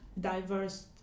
diverse